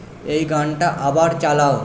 এই গানটা আবার চালাও